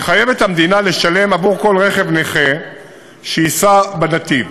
יחייב את המדינה לשלם עבור כל רכב נכה שייסע בנתיב.